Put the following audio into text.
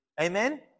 Amen